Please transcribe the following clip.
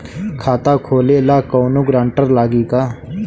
खाता खोले ला कौनो ग्रांटर लागी का?